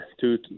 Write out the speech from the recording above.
two